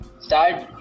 start